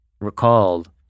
recalled